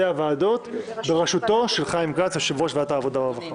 הוועדות בראשותו של חיים כץ יושב-ראש ועדת העבודה והרווחה.